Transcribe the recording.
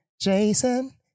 Jason